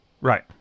Right